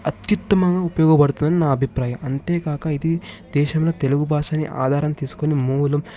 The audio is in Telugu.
అత్యుత్తమంగా ఉపయోగపడుతుంది అని నా అభిప్రాయం అంతేగాక ఇది దేశంలో తెలుగు భాషని ఆధారం తీసుకుని మూలం